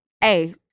Hey